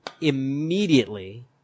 immediately